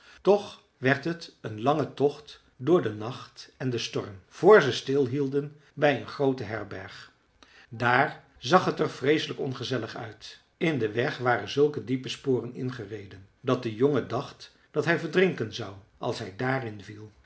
toch werd het een lange tocht door den nacht en den storm vr ze stilhielden bij een groote herberg daar zag het er vreeselijk ongezellig uit in den weg waren zulke diepe sporen ingereden dat de jongen dacht dat hij verdrinken zou als hij daarin viel